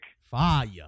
fire